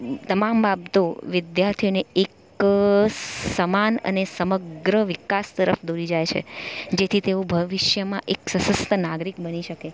તમામ બાબતો વિદ્યાર્થીને એક સમાન અને સમગ્ર વિકાસ તરફ દોરી જાય છે જેથી તેઓ ભવિષ્યમાં એક સશક્ત નાગરિક બની શકે